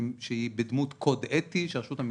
שהיא בדמות קוד אתי שרשות המסים,